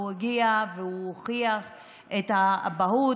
והוא הגיע והוא הוכיח את האבהות,